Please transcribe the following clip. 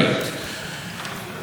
הפגיעה היא בכל הרמות,